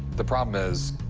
the problem is